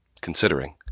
considering